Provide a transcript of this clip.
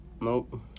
Nope